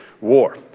war